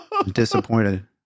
disappointed